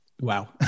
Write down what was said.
Wow